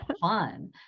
fun